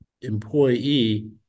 employee